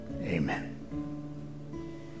Amen